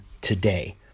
today